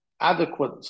adequate